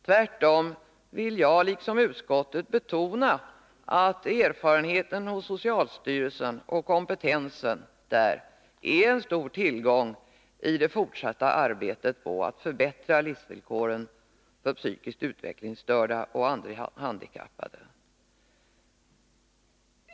Tvärtom vill jag liksom utskottet betona att erfarenheten och kompetensen hos socialstyrelsen är en stor tillgång i det fortsatta arbetet på att förbättra livsvillkoren för psykiskt utvecklingsstörda och andra handikappade.